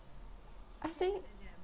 I think